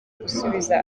gusubiza